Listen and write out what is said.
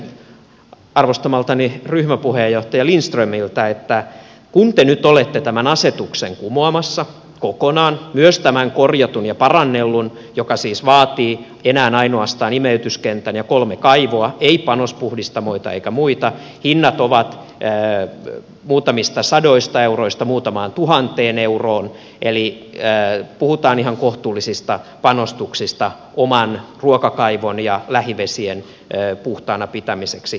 kysyisin arvostamaltani perussuomalaisten ryhmäpuheenjohtaja lindströmiltä kun te nyt olette tämän asetuksen kumoamassa kokonaan myös tämän korjatun ja parannellun joka siis vaatii enää ainoastaan imeytyskentän ja kolme kaivoa ei panospuhdistamoita eikä muita ja hinnat ovat muutamista sadoista euroista muutamaan tuhanteen euroon eli puhutaan ihan kohtuullisista panostuksista oman ruokavesikaivon ja lähivesien puhtaana pitämiseksi